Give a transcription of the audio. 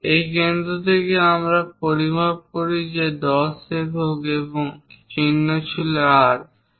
এই কেন্দ্র থেকে যদি আমরা পরিমাপ করি যে এটি 10 একক এবং চিহ্ন হল R